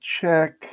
check